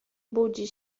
budzi